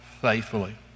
faithfully